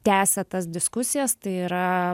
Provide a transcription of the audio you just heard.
tęsia tas diskusijas tai yra